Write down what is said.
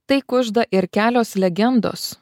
tai kužda ir kelios legendos